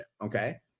okay